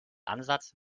ansatz